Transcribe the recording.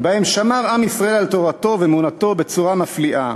שבהן שמר עם ישראל על תורתו ואמונתו בצורה מפליאה.